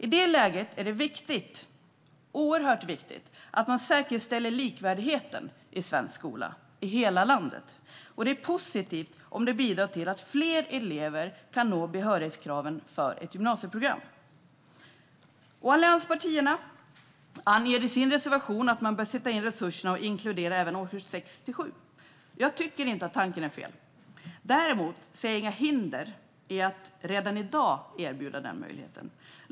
I det läget är det oerhört viktigt att man säkerställer likvärdigheten i svensk skola i hela landet. Det är positivt om det bidrar till att fler elever kan nå behörighetskraven för ett gymnasieprogram. Allianspartierna anger i sin reservation att man bör sätta in resurserna och inkludera även årskurs 6 och årskurs 7. Jag tycker inte att tanken är fel. Däremot ser jag inga hinder för att redan i dag erbjuda denna möjlighet.